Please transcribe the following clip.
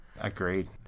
agreed